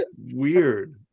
weird